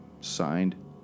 signed